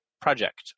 project